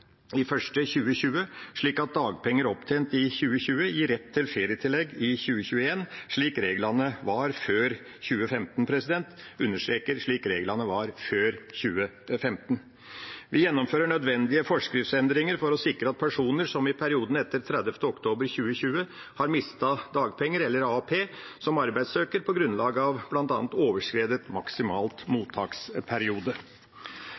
2020, slik at dagpenger opptjent i 2020 gir rett til ferietillegg i 2021, slik reglene var før 2015 – jeg understreker: slik reglene var før 2015. Vi gjennomfører nødvendige forskriftsendringer for å sikre personer som i perioden etter 30. oktober 2020 har mistet dagpenger eller AAP som arbeidssøker på grunnlag av bl.a. overskredet